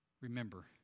Remember